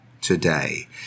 today